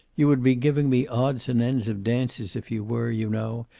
you would be giving me odds and ends of dances if you were, you know,